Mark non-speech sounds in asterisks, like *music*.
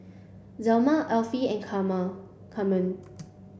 Zelma Effie and *unintelligible* Carmen